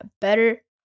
better